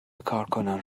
کارکنان